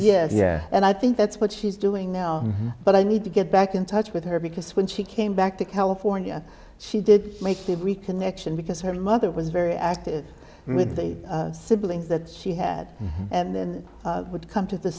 is yes and i think that's what she's doing now but i need to get back in touch with her because when she came back to california she did make the reconnection because her mother was very active with the siblings that she had and would come to the